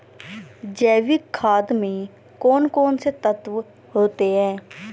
जैविक खाद में कौन कौन से तत्व होते हैं?